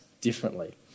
differently